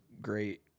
great